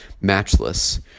matchless